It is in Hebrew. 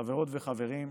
חברות וחברים,